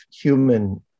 human